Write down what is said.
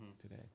today